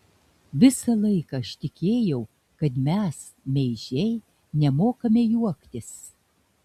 visą laiką aš tikėjau kad mes meižiai nemokame juoktis